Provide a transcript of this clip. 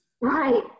Right